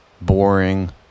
boring